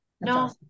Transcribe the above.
No